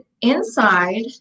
inside